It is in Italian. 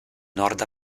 nord